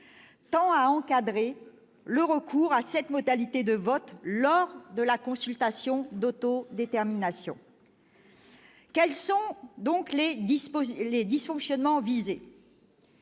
tend à encadrer le recours à cette modalité de vote lors de la consultation d'autodétermination. Quels sont les dysfonctionnements visés ?